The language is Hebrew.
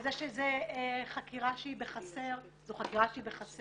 וזה שזה חקירה שהיא בחסר זו חקירה שהיא בחסר.